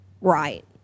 right